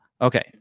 okay